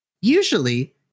usually